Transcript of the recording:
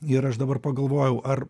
ir aš dabar pagalvojau ar